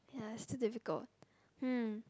ya it's too difficult hmm